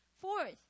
Fourth